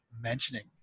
mentioning